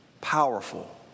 powerful